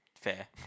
Fair